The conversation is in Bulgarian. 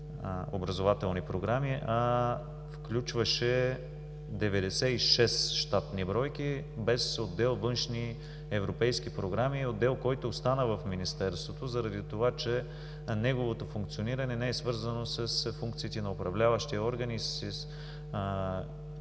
образователни програми“, а включваше 96 щатни бройки, без отдел „Външни европейски програми“ – отдел, който остана в Министерството, заради това че неговото функциониране не е свързано с функциите на управляващия орган и с